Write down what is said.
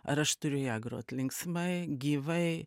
ar aš turiu ją grot linksmai gyvai